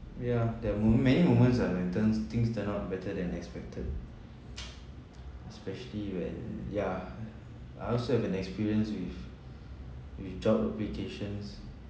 yeah that moment many moments lah when turns things turn out better than expected especially when ya I also have an experience with with job applications